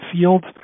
field